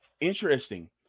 interesting